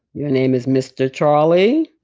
your name is mr. charlie.